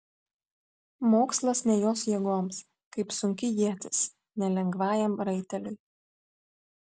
mokslas ne jos jėgoms kaip sunki ietis ne lengvajam raiteliui